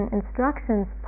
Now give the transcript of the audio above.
instructions